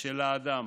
של האדם.